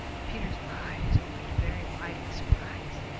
peter's eyes opened very wide with surprise.